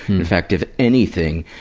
in fact, if anything,